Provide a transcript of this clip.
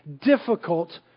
difficult